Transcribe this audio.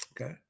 okay